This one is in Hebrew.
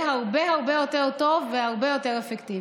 הרבה הרבה יותר טוב והרבה יותר אפקטיבי.